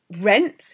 rent